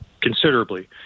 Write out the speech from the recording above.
considerably